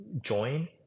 join